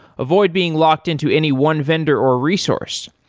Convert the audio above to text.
avoid being locked-in to any one vendor or resource.